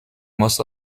most